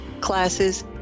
classes